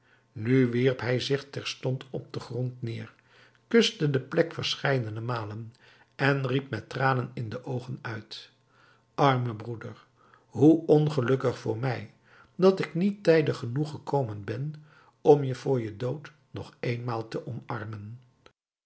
nu wierp hij zich terstond op den grond neer kuste de plek verscheidene malen en riep met tranen in de oogen uit arme broeder hoe ongelukkig voor mij dat ik niet tijdig genoeg gekomen ben om je voor je dood nog eenmaal te omarmen